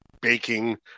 baking